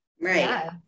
right